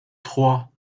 trois